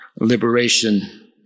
liberation